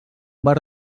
bar